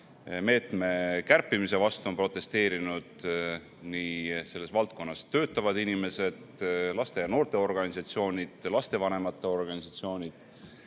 meetme kärpimise vastu on protesteerinud selles valdkonnas töötavad inimesed, laste‑ ja noorteorganisatsioonid, lastevanemate organisatsioonid,